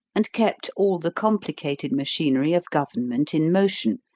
and kept all the complicated machinery of government in motion,